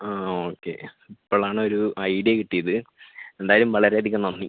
ആ ഓക്കെ ഇപ്പോഴാണൊരു ഐഡിയ കിട്ടിയത് എന്തായാലും വളരെയധികം നന്ദി